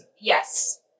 Yes